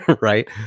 right